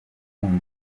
ingumi